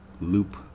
loop